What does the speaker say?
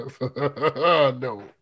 No